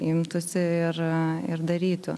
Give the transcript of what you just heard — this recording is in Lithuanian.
imtųsi ir ir darytų